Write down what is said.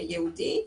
יהודי,